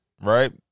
Right